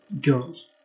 girls